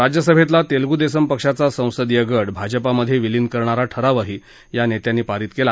राज्यसभेतला तेलगू देसम पक्षाचा संसदीय गट भाजपामध्ये विलीन करणारा ठरावही या नेत्यांनी पारीत केला